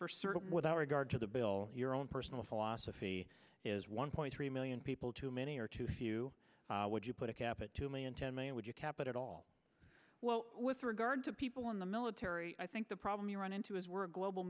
certain without regard to the bill your own personal philosophy is one point three million people too many or too few would you put a cap at two million ten million would you cap it all well with regard to people in the military i think the problem you run into is we're a global